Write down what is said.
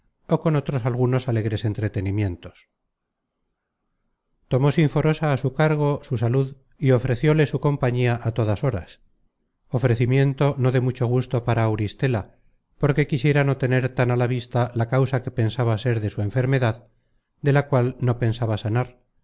ó con otros algunos alegres entretenimientos tomó sinforosa á su cargo su salud y ofrecióle su compañía á todas horas ofrecimiento no de mucho gusto para auristela porque quisiera no tener tan á la vista la causa que pensaba ser de su enfermedad de la cual no pensaba sanar